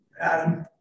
Adam